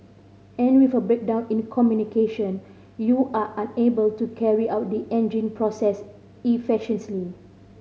and with a breakdown in communication you are unable to carry out the engine process efficiently